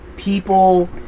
People